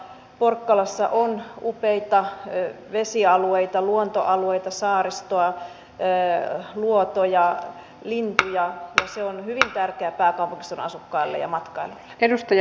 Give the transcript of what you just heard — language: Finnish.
porkkalassa on upeita vesialueita luontoalueita saaristoa luotoja lintuja ja se on hyvin tärkeä pääkaupunkiseudun asukkaille ja matkailijoille